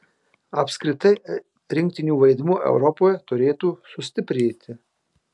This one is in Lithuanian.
apskritai rinktinių vaidmuo europoje turėtų sustiprėti